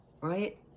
right